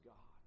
God